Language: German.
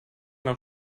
noch